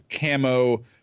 camo